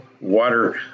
water